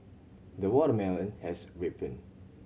the watermelon has ripened